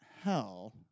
hell